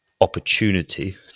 opportunity